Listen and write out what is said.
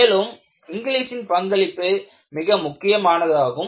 மேலும் இங்லீஸின் பங்களிப்பு மிக முக்கியமானதாகும்